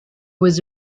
was